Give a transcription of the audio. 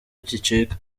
gicika